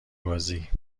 بازی